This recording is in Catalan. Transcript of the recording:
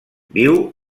viu